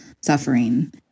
suffering